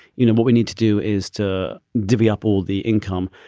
you know, what we need to do is to divvy up all the income.